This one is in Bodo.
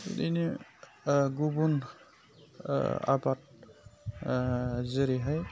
बिदिनो गुबुन आबाद जेरैहाय